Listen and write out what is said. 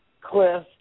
Cliff